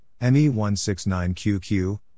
ME169QQ